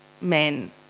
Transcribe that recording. men